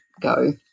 go